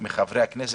גפני,